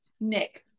Nick